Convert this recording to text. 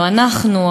לא אנחנו,